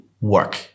work